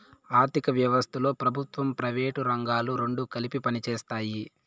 ఆర్ధిక వ్యవస్థలో ప్రభుత్వం ప్రైవేటు రంగాలు రెండు కలిపి పనిచేస్తాయి